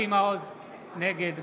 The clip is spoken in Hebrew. נגד